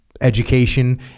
education